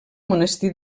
monestir